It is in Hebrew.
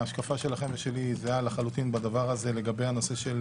ההשקפה שלכם ושלי היא זהה לחלוטין בדבר הזה לגבי הנושא של